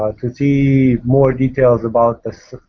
ah could be more details about the,